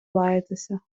лаятися